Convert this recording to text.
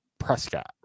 prescott